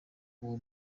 uwo